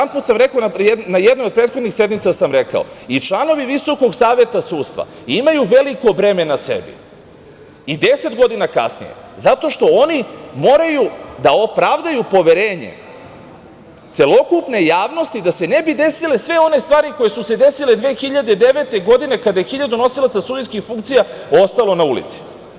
Na jednoj od prethodnih sednica sam rekao da i članovi Visokog saveta sudstva imaju veliko breme na sebi i 10 godina kasnije, zato što oni moraju da opravdaju poverenje celokupne javnosti da se ne bi desile sve one stvari koje su se desile 2009. godine, kada je hiljadu nosilaca sudijskih funkcija ostalo na ulici.